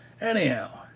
Anyhow